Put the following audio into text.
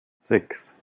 sechs